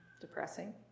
depressing